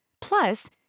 Plus